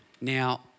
Now